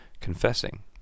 confessing